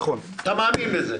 אתה מאמין בזה.